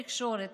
תקשורת,